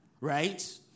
Right